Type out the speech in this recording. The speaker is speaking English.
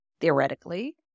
theoretically